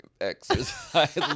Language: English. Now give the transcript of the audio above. exercise